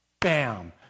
bam